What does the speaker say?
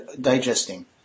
digesting